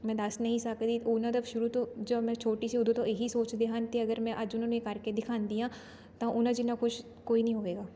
ਮੈਂ ਦੱਸ ਨਹੀਂ ਸਕਦੀ ਉਹਨਾਂ ਦਾ ਸ਼ੁਰੂ ਤੋਂ ਜਦੋਂ ਮੈਂ ਛੋਟੀ ਸੀ ਉਦੋਂ ਤੋਂ ਇਹੀ ਸੋਚਦੇ ਹਨ ਅਤੇ ਅਗਰ ਮੈਂ ਅੱਜ ਉਹਨਾਂ ਨੂੰ ਇਹ ਕਰਕੇ ਦਿਖਾਉਂਦੀ ਆਂ ਤਾਂ ਉਨ੍ਹਾਂ ਜਿੰਨਾ ਖੁਸ਼ ਕੋਈ ਨਹੀਂ ਹੋਵੇਗਾ